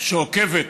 שעוקבת